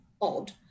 odd